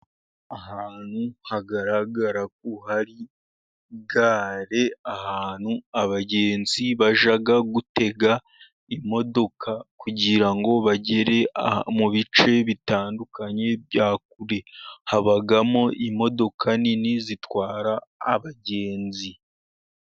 Ahantu hagaragarako hari gare ahantu abagenzi bajya gutega imodoka, kugira ngo bagere mu bice bitandukanye bya kure, habamo imodoka nini zitwara abagenzi.